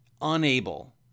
unable